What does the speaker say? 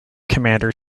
commander